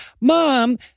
mom